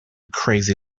crazy